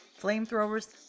Flamethrowers